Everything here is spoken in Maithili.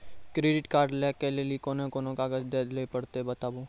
क्रेडिट कार्ड लै के लेली कोने कोने कागज दे लेली पड़त बताबू?